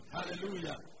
Hallelujah